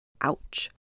Ouch